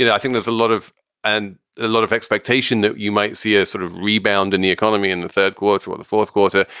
yeah i think there's a lot of and a lot of expectation that you might see a sort of rebound in the economy in the third quarter or the fourth quarter.